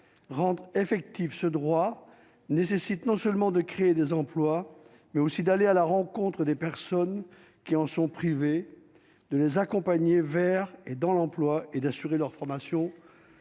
rendre effectif ce droit nécessite non seulement de créer des emplois, mais aussi d'aller à la rencontre des personnes qui en sont privés, de les accompagner vers et dans l'emploi et d'assurer leur formation